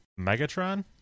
Megatron